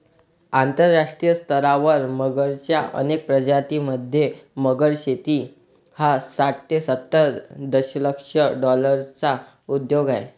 आंतरराष्ट्रीय स्तरावर मगरच्या अनेक प्रजातीं मध्ये, मगर शेती हा साठ ते सत्तर दशलक्ष डॉलर्सचा उद्योग आहे